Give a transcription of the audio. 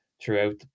Throughout